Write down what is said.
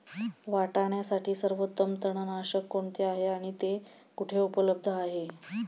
वाटाण्यासाठी सर्वोत्तम तणनाशक कोणते आहे आणि ते कुठे उपलब्ध आहे?